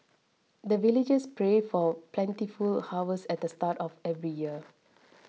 the villagers pray for plentiful harvest at the start of every year